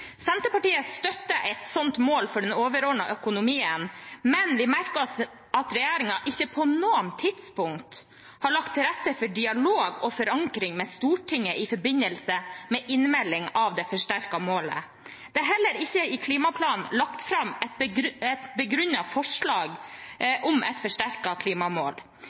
Senterpartiet støtter et slikt mål for den overordnede økonomien, men vi merker oss at regjeringen ikke på noe tidspunkt har lagt til rette for dialog og forankring i Stortinget i forbindelse med innmeldingen av det forsterkede målet. Det er heller ikke i klimaplanen lagt fram et begrunnet forslag om et forsterket klimamål. Vi må derfor bare anta at regjeringen vil foreslå et forsterket klimamål